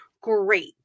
great